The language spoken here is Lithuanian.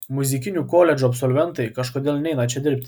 muzikinių koledžų absolventai kažkodėl neina čia dirbti